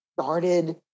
started